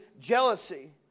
jealousy